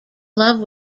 love